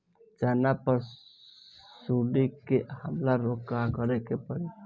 चना पर सुंडी के हमला रोके ला का करे के परी?